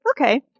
okay